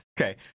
Okay